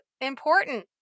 important